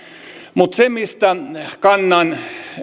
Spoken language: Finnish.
mutta se mistä kannan